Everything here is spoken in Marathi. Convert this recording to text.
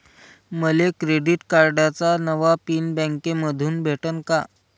मले क्रेडिट कार्डाचा नवा पिन बँकेमंधून भेटन का?